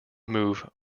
move